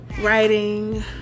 writing